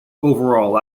overall